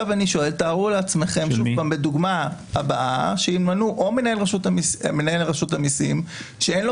תארו לעצמכם בדוגמה הבאה שימנו או מנהל רשות המיסים שאין לו